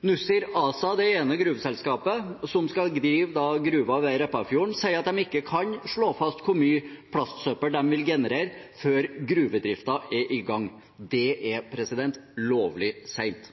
Nussir ASA, det ene gruveselskapet som skal drive gruven ved Repparfjorden, sier de ikke kan slå fast hvor mye plastsøppel de vil generere før gruvedriften er i gang. Det er lovlig sent.